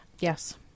Yes